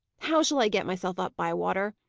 how shall i get myself up, bywater?